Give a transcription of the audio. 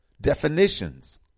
definitions